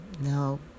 No